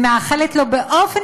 יולי